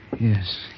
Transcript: Yes